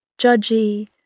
judgy